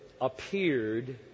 appeared